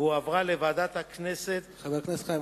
שינויים רבים.